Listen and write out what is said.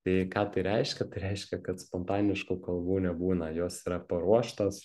tai ką tai reiškia tai reiškia kad spontaniškų kalbų nebūna jos yra paruoštos